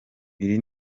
iri